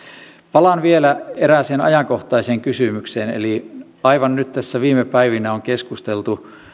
palaan vielä erääseen ajankohtaiseen kysymykseen eli aivan nyt tässä viime päivinä on keskusteltu